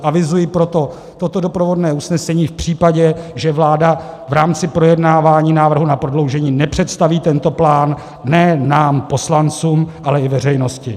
Avizuji proto toto doprovodné usnesení v případě, že vláda v rámci projednávání návrhu na prodloužení nepředstaví tento plán ne nám poslancům, ale i veřejnosti.